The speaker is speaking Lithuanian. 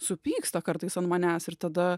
supyksta kartais ant manęs ir tada